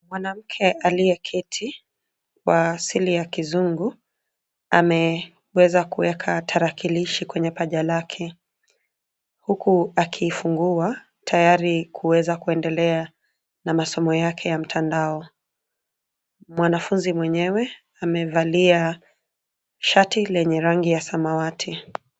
Mwanamke aliyeketi kwa asili ya kizungu ameweza kuweka tarakilishi kwenye paja lake huku akiifungua tayari kuweza kuendelea na masomo yake ya mtandao. Mwanafunzi mwenyewe amevalia shati lenye rangi ya samawati.